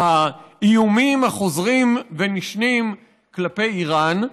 האיומים החוזרים ונשנים כלפי איראן,